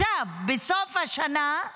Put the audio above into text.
בסוף השנה,